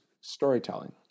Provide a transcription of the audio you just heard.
storytelling